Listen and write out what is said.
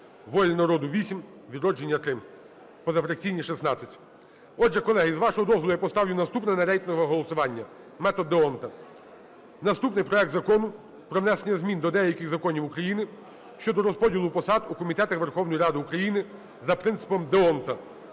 "Воля народу" – 8, "Відродження" – 3, позафракційні – 16. Отже, колеги, з вашого дозволу, я поставлю наступне на рейтингове голосування метод д'Ондта. Наступний - проект Закону про внесення змін до деяких законів України щодо розподілу посад у комітетах Верховної Ради України за принципом д'Ондта.